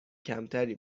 کمتری